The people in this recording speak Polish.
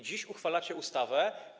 Dziś uchwalacie ustawę.